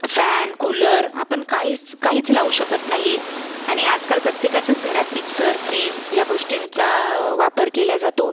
fan cooler आपण काहीच काहीच लावू शकत नाही आणि आजकाल प्रत्येकाच्याच घरात मिक्सर फ्रीज या गोष्टींचा वापर केला जातो